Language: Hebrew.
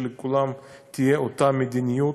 שלכולם תהיה אותה מדיניות,